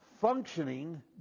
functioning